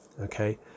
okay